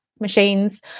machines